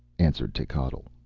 answered techotl.